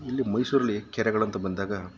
ಇಲ್ಲಿ ಮೈಸೂರಲ್ಲಿ ಕೆರೆಗಳು ಅಂತ ಬಂದಾಗ